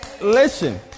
Listen